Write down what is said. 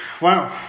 Wow